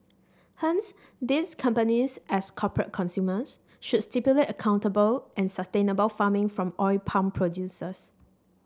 hence these companies as corporate consumers should stipulate accountable and sustainable farming from oil palm producers